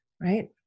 right